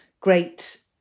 great